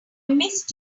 missed